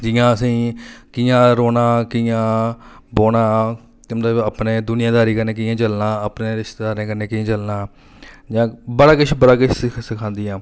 जि'यां असें ई कि'यां रौह्ना कि'यां बौह्ना कि मतलब अपने दुनियादारी कन्नै कि'यां चलना अपनी रिश्तेदारी कन्नै कि'यां चलना जां बड़ा किश बड़ा किश सखांदियां